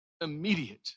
immediate